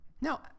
Now